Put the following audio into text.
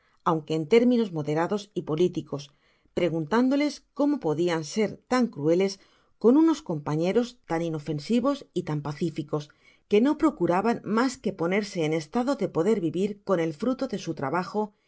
aunque en términos moderados y politicos preguntándoles como podian ser tan crueles con unos compañeros tan ino fensivos y tan pacíficos qué no procuraban mas que ponerse en estado de poder vivir con el fruto de su trabajo